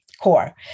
core